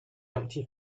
empty